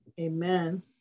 Amen